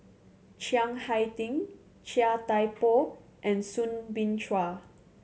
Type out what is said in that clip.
Chiang Hai Ding Chia Thye Poh and Soo Bin Chua